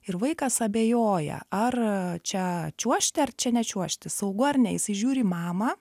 ir vaikas abejoja ar čia čiuožti ar čia nečiuožti saugu ar ne jisai žiūri į mamą